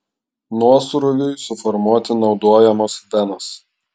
nuosrūviui suformuoti naudojamos venos